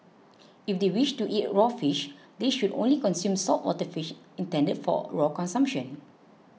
if they wish to eat raw fish they should only consume saltwater fish intended for raw consumption